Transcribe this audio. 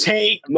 Take